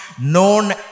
known